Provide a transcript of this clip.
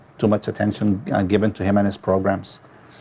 too much attention given to him and his programs.